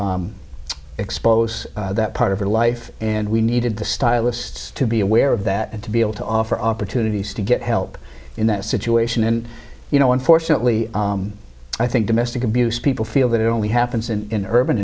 to expose that part of your life and we needed to stylists to be aware of that and to be able to offer opportunities to get help in that situation and you know unfortunately i think domestic abuse people feel that it only happens in urban